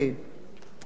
מסובך, נכון?